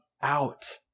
out